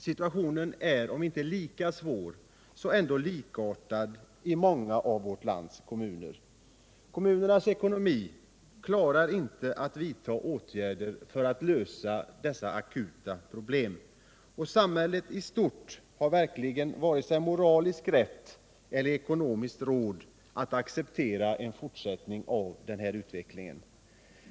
Situationen är om inte lika svår så ändå likartad i många av landets kommuner. Kommunernas ekonomi klarar inte att man vidtar åtgärder för att lösa dessa akuta problem. Och samhället i stort har verkligen varken moralisk rätt eller ekonomiskt råd att acceptera en fortsättning på denna utveckling.